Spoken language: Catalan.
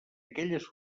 aquelles